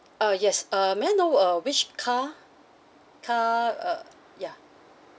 uh yes uh may I know uh which car car uh ya